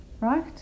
Right